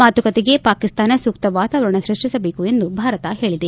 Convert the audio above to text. ಮಾತುಕತೆಗೆ ಪಾಕಿಸ್ತಾನ ಸೂಕ್ತ ವಾತಾವರಣ ಸೃಷ್ಟಿಸಬೇಕು ಎಂದು ಭಾರತ ಹೇಳಿದೆ